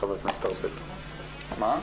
שלום.